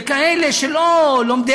אנחנו מדברים